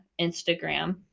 Instagram